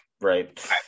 right